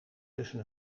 tussen